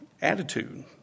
attitude